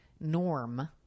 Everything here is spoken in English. norm